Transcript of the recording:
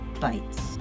bites